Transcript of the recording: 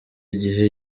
igihe